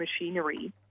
machinery